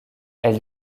elle